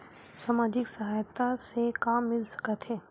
सामाजिक सहायता से का मिल सकत हे?